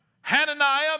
Hananiah